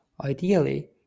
Ideally